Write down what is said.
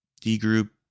D-group